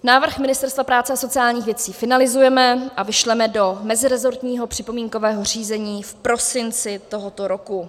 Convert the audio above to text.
Návrh Ministerstva práce a sociálních věcí finalizujeme a vyšleme do meziresortního připomínkového řízení v prosinci tohoto roku.